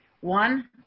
One